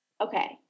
okay